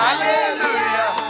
Hallelujah